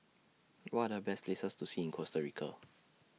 What Are Best Places to See in Costa Rica